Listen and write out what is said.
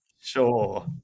Sure